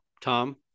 tom